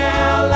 Now